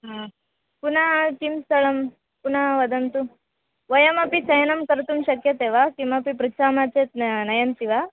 हा पुनः किं स्थलं पुनः वदन्तु वयमपि चयनं कर्तुं शक्यते वा किमपि पृच्छामः चेत् न नयन्ति वा